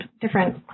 different